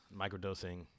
microdosing